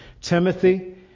Timothy